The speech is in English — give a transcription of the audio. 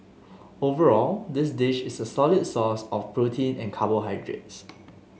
overall this dish is a solid source of protein and carbohydrates